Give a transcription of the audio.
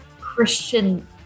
Christian